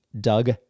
doug